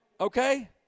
Okay